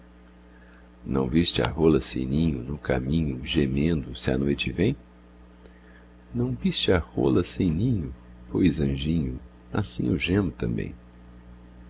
não viste a rola sem ninho no caminho gemendo se a noite vem não viste a rola sem ninho pois anjinho assim eu gemo também